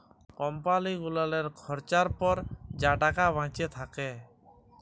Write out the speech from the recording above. কম্পালি গুলালের খরচার পর যা টাকা বাঁইচে থ্যাকে